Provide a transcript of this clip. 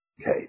Okay